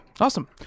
Awesome